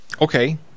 Okay